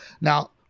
Now